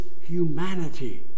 humanity